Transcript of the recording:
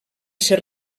ser